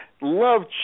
Love